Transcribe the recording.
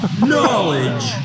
Knowledge